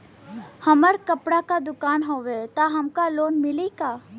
हमार कपड़ा क दुकान हउवे त हमके लोन मिली का?